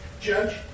Judge